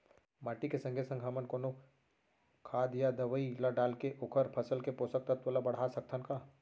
माटी के संगे संग हमन कोनो खाद या दवई ल डालके ओखर फसल के पोषकतत्त्व ल बढ़ा सकथन का?